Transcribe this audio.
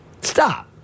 stop